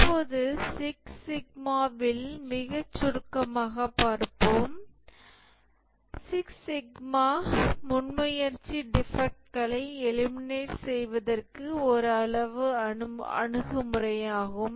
இப்போது சிக்ஸ் சிக்மாவில் மிகச் சுருக்கமாகப் பார்ப்போம் சிக்ஸ் சிக்மா முன்முயற்சி டிஃபெக்ட்களை எலிமினேட் செய்வதற்கு ஒரு அளவு அணுகுமுறையாகும்